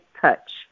touch